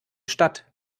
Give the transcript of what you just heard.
stadt